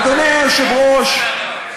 אדוני היושב-ראש,